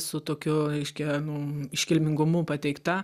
su tokiu reiškia nu iškilmingumu pateikta